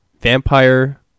vampire